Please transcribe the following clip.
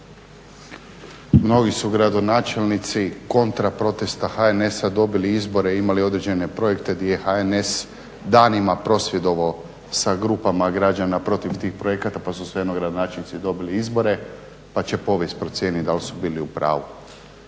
Mnogi su gradonačelnici kontra protesta HNS-a dobili izbore i imali određene projekte gdje je HNS danima prosvjedovao sa grupama građana protiv tih projekata pa su svejedno gradonačelnici dobili izbore pa će povijest procijeniti da li su bili u pravu.